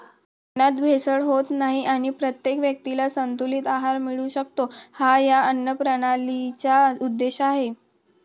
अन्नात भेसळ होत नाही आणि प्रत्येक व्यक्तीला संतुलित आहार मिळू शकतो, हा या अन्नप्रणालीचा उद्देश आहे